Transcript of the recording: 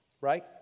Right